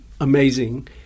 amazing